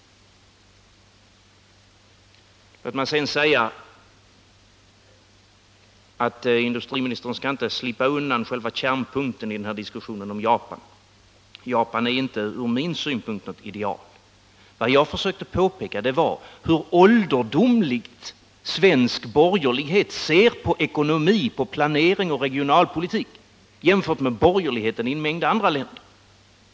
Låt mig sedan säga att industriministern inte skall slippa undan själva kärnpunkteni diskussionen om Japan. Japan är från min synpunkt inte något idealland. Vad jag försökte påpeka var hur ålderdomligt svensk borgerlighet ser på ekonomi, planering och regionalpolitik jämförd med borgerligheten i en mängd andra länder.